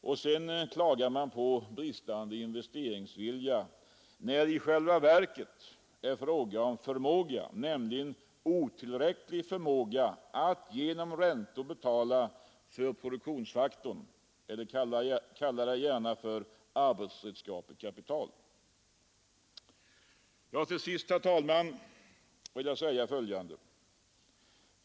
Och sedan klagar man på bristande investeringsvilja när det i själva verket är fråga om förmåga, nämligen otillräcklig förmåga att genom räntor betala för produktionsfaktorn — eller kalla det gärna arbetsredskapet — kapital. Herr talman!